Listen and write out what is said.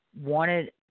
wanted